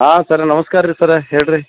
ಹಾಂ ಸರ್ ನಮ್ಸ್ಕಾರ ರೀ ಸರ ಹೇಳಿರೀ